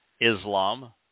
Islam